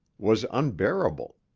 was unbearable.